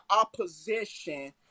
opposition